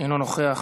אינו נוכח.